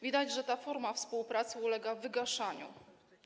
Widać, że ta forma współpracy ulega wygaszaniu.